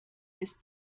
ist